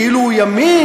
כאילו הוא ימין,